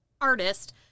artist